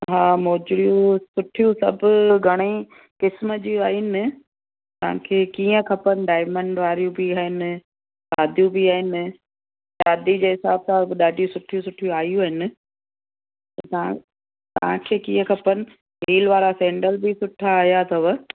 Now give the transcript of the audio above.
हा मोजरियूं सुठियूं सभु घणे किस्मु जी आयूं आहिनि तव्हांखे कीअं खपनि डायमंड वारियूं बि आहिनि सादियूं बि आहिनि शादी जे हिसाब सां ॾाढियूं सुठियूं सुठियूं आयूं आहिनि त तव्हां तव्हांखे कीअं खपनि हील वारा सैंडिल बि सुठा आया अथव